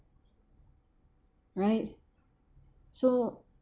right so